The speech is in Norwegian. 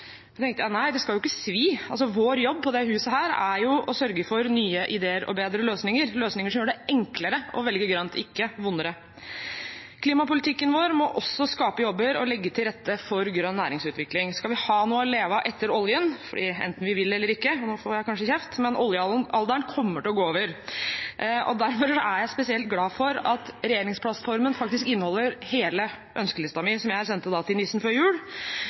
tenkte jeg: Nei, det skal ikke svi, vår jobb i dette huset er jo å sørge for nye ideer og bedre løsninger, løsninger som gjør det enklere å velge grønt, ikke vondere. Klimapolitikken vår må også skape jobber og legge til rette for grønn næringsutvikling. Vi må ha noe å leve av etter oljen, for enten vi vil eller ikke – nå får jeg kanskje kjeft – kommer oljealderen til å gå over. Derfor er jeg spesielt glad for at regjeringsplattformen faktisk inneholder hele ønskelisten min, som jeg sendte til nissen før jul.